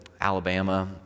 Alabama